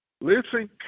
listen